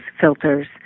filters